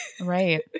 right